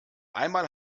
einmal